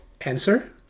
answer